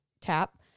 tap